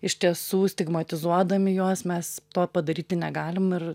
iš tiesų stigmatizuodami juos mes to padaryti negalim ir